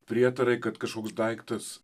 prietarai kad kažkoks daiktas